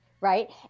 right